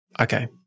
okay